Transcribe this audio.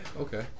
okay